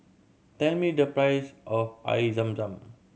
tell me the price of Air Zam Zam